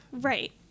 Right